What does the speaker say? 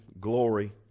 glory